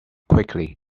quickly